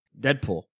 Deadpool